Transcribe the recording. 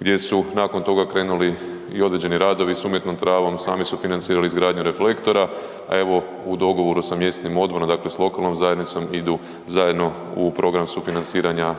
gdje su nakon toga krenuli i određeni radovi s umjetnom travom, sami su financirali izgradnju reflektora, a evo u dogovoru sa mjesnim odborom, dakle sa lokalnom zajednicom idu zajedno u program sufinanciranja